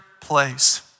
place